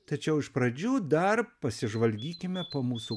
tačiau iš pradžių dar pasižvalgykime po mūsų